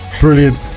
Brilliant